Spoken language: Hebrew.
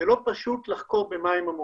לא פשוט לחקור במים עמוקים.